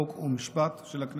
חוק ומשפט של הכנסת.